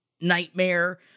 nightmare